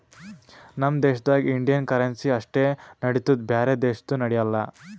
ನಮ್ ದೇಶದಾಗ್ Indian currency ಅಷ್ಟೇ ನಡಿತ್ತುದ್ ಬ್ಯಾರೆ ದೇಶದು ನಡ್ಯಾಲ್